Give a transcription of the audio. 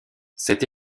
cette